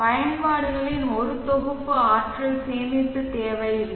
பயன்பாடுகளின் ஒரு தொகுப்பு ஆற்றல் சேமிப்பு தேவையில்லை